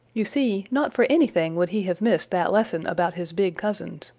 you see, not for anything would he have missed that lesson about his big cousins.